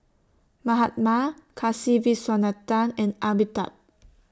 Mahatma Kasiviswanathan and Amitabh